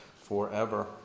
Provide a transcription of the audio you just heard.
forever